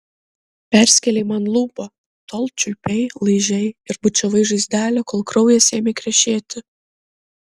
perskėlei man lūpą tol čiulpei laižei ir bučiavai žaizdelę kol kraujas ėmė krešėti